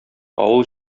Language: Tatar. авыл